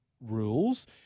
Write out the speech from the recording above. rules